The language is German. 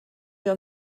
wir